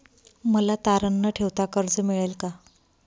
मला तारण न ठेवता कर्ज मिळेल का?